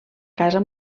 casa